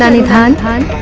ah return